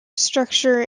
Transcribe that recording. structure